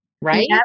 right